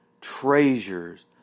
treasures